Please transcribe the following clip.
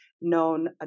known